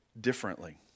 differently